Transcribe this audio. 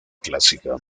clásica